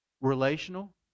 relational